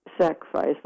sacrifice